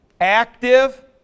active